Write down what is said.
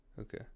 Okay